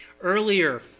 earlier